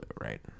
right